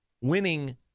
winning